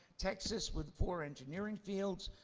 texas, with four engineering fields.